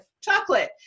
chocolate